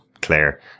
claire